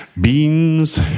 Beans